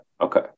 Okay